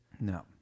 No